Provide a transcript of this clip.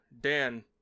Dan